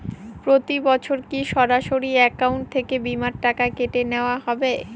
প্রতি বছর কি সরাসরি অ্যাকাউন্ট থেকে বীমার টাকা কেটে নেওয়া হবে?